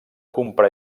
comprar